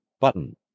Button